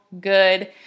good